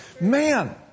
man